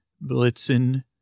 Blitzen